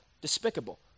Despicable